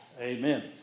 Amen